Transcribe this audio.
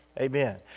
amen